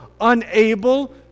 unable